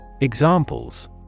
Examples